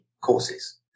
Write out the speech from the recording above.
courses